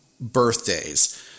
birthdays